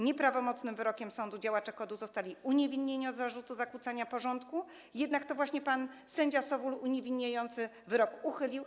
Nieprawomocnym wyrokiem sądu działacze KOD-u zostali uniewinnieni od zarzutu zakłócania porządku, jednak to właśnie pan sędzia Sowul uniewinniający wyrok uchylił.